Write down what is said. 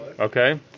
Okay